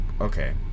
okay